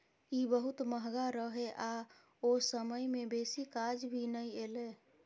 ई बहुत महंगा रहे आ ओ समय में बेसी काज भी नै एले